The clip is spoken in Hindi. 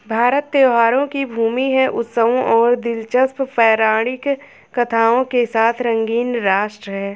भारत त्योहारों की भूमि है, उत्सवों और दिलचस्प पौराणिक कथाओं के साथ रंगीन राष्ट्र है